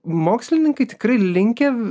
mokslininkai tikrai linkę